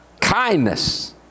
Kindness